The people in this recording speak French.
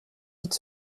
vite